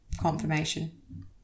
confirmation